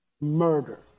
murder